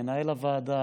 מנהל הוועדה